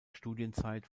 studienzeit